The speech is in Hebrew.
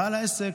בעל העסק,